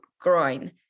groin